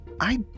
I